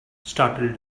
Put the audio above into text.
startled